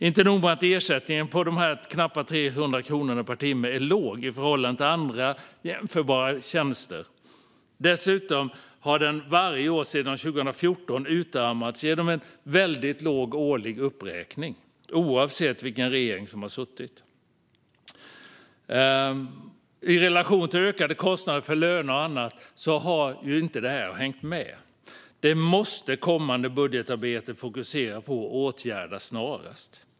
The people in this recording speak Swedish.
Inte nog med att ersättningen på knappt 300 kronor per timme är låg i förhållande till andra jämförbara tjänster, den har dessutom varje år sedan 2014 utarmats genom en väldigt låg uppräkning. Så har det varit oavsett regering. I relation till ökade kostnader för löner och annat har detta inte hängt med. Det måste kommande budgetarbete fokusera på och snarast åtgärda.